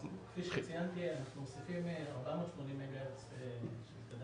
כפי שציינתי, אנחנו מוסיפים 480 מגה הרץ תדרים.